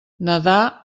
nadar